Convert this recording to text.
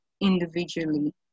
individually